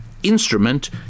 Instrument